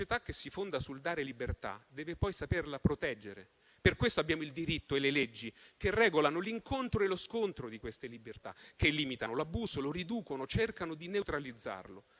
Una società che si fonda sul dare libertà, deve poi saperla proteggere. Per questo abbiamo il diritto e le leggi che regolano l'incontro e lo scontro di queste libertà, che limitano l'abuso, lo riducono, cercano di neutralizzarlo.